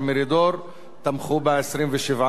תמכו בה 27 חברי כנסת.